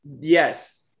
yes